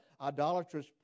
idolatrous